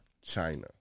China